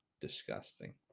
disgusting